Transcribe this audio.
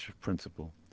principle